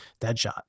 Deadshot